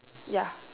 ya